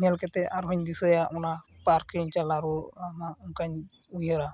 ᱧᱮᱞ ᱠᱟᱛᱮᱫ ᱟᱨᱦᱚᱸᱧ ᱫᱤᱥᱟᱹᱭᱟ ᱚᱱᱟ ᱯᱟᱨᱠᱤᱧ ᱪᱟᱞᱟᱣ ᱨᱩᱣᱟᱹᱲᱚᱜᱼᱟ ᱱᱟᱜ ᱚᱱᱠᱟᱧ ᱩᱭᱦᱟᱹᱨᱟ